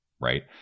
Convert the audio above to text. right